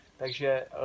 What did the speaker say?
Takže